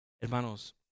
Hermanos